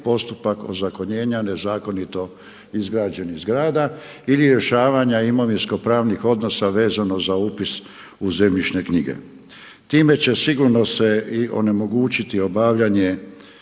postupak ozakonjenja nezakonito izgrađenih zgrada i rješavanja imovinsko-pravnih odnosa vezano za upis u zemljišne knjige. Time će sigurno se i onemogućiti obavljanje